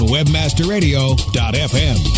WebmasterRadio.fm